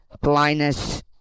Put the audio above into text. blindness